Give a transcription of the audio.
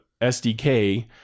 SDK